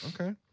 Okay